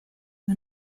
and